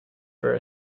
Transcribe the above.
for